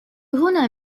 هنا